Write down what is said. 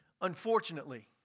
unfortunately